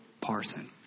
parson